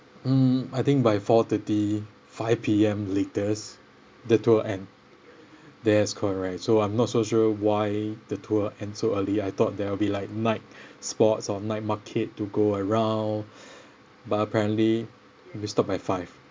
mm I think by four thirty five P_M latest the tour end that's correct so I'm not so sure why the tour end so early I thought there will be like night spots or night market to go around but apparently we stop by five